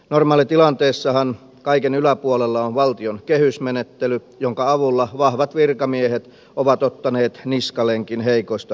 normaalitilanteessahan kaiken yläpuolella on valtion kehysmenettely jonka avulla vahvat virkamiehet ovat ottaneet niskalenkin heikoista poliitikoista